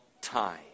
time